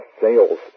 sales